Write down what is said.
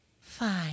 fine